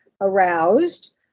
aroused